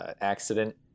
accident